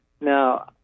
Now